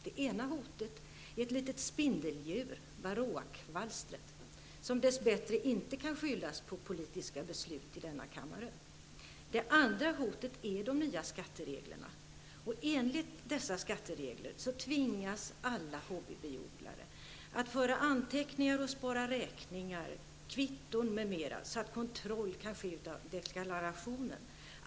Det ena hotet är ett litet spindelhjul, som dess bättre inte kan skyllas på politiska beslut i denna kammare. Det andra hotet är de nya skattereglerna. Enligt dessa skatteregler tvingas alla hobbybiodlare att föra anteckningar och spara räkningar, kvitton, m.m. så att kontroll kan ske av deklarationen.